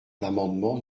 l’amendement